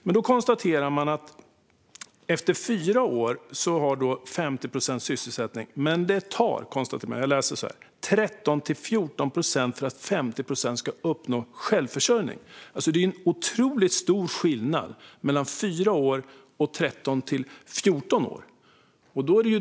Man konstaterar att efter fyra år har 50 procent sysselsättning, men det tar 13-14 år för att 50 procent ska uppnå självförsörjning. Det är en otroligt stor skillnad mellan fyra år och 13-14 år.